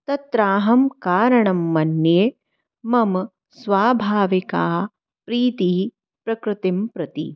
तत्राहं कारणं मन्ये मम स्वाभाविकी प्रीतिः प्रकृतिं प्रति